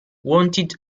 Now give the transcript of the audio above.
wanted